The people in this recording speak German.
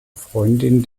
freundin